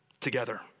together